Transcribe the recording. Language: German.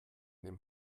dem